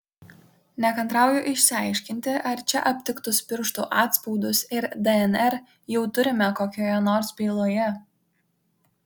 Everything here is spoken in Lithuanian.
nekantrauju išsiaiškinti ar čia aptiktus pirštų atspaudus ir dnr jau turime kokioje nors byloje